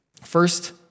first